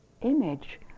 image